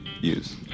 use